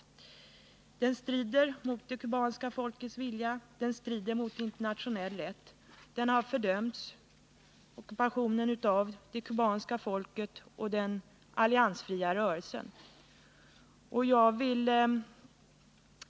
Ockupationen strider mot det kubanska folkets vilja, den strider mot internationell rätt, den har fördömts av det kubanska folket och den alliansfria rörelsen.